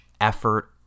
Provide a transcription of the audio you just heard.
effort